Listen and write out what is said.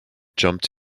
jumped